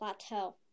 Plateau